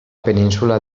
península